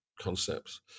concepts